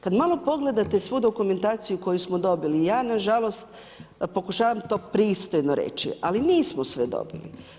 Kad malo pogledate svu dokumentaciju koju smo dobili ja nažalost pokušavam to pristojno reći, ali nismo sve dobili.